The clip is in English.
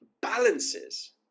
balances